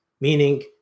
meaning